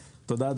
תודה.